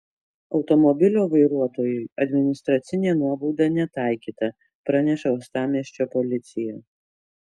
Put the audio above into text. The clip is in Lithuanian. automobilio vairuotojui administracinė nuobauda netaikyta praneša uostamiesčio policija